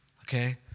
Okay